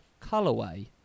colourway